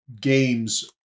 games